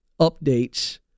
updates